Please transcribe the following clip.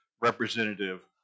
representative